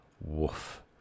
woof